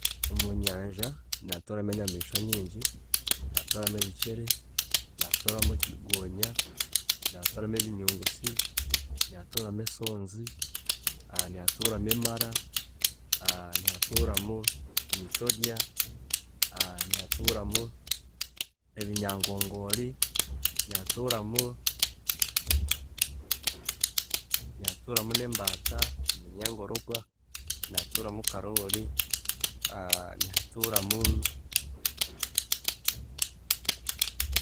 ﻿Omunyanja nihatuuramu enyamiishwa nyingi, nihatuuramu ebicere, nihatuuramu gonya, nihatuuramu ebinyungusi, nihatuuramu esoonzi, nihatuuramu emara, nihatuuramu emitorya, nihatuuramu ebinyangoori, nihatuuramu nihatuuramu n'embaata, eminyangororwa, nihatuuramu karoli, nihatuuramu